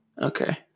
Okay